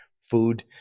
food